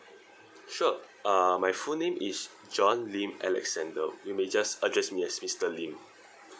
sure uh my full name is john lim alexander you may just address me as mister lim